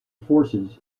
forces